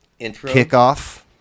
kickoff